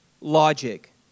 logic